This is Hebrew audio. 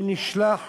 נשלח